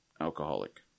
alcoholic